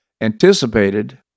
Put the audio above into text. anticipated